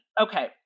Okay